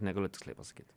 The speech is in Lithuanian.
negaliu tiksliai pasakyt